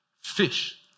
fish